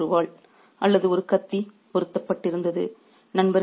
எல்லோருக்கும் ஒரு வாள் அல்லது ஒரு கத்தி பொருத்தப்பட்டிருந்தது